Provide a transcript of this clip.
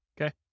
Okay